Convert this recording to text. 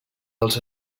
els